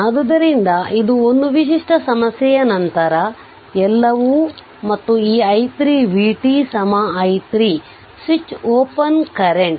ಆದ್ದರಿಂದ ಇದು ಒಂದು ವಿಶಿಷ್ಟ ಸಮಸ್ಯೆಯ ನಂತರ ಎಲ್ಲವೂ ಮತ್ತು ಈ i 3 vt i 3 switch open current